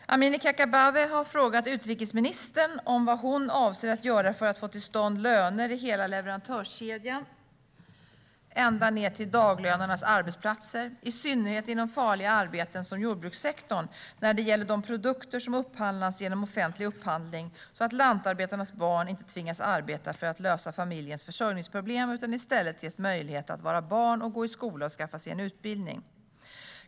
Fru talman! Amineh Kakabaveh har frågat utrikesministern om vad hon avser att göra för att få till stånd löner i hela leverantörskedjan, ända ned till daglönarnas arbetsplatser - i synnerhet inom farliga arbeten som jordbrukssektorn - när det gäller de produkter som upphandlas genom offentlig upphandling, som gör att lantarbetarnas barn inte tvingas arbeta för att lösa familjens försörjningsproblem utan i stället ges möjligheter att vara barn och gå i skola och skaffa sig en utbildning.